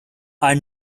are